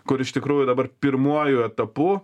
kur iš tikrųjų dabar pirmuoju etapu